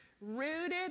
rooted